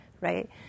right